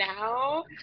now